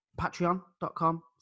patreon.com